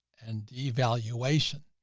and evaluation,